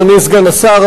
אדוני סגן השר,